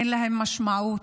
אין להם משמעות.